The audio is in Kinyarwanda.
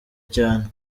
cyane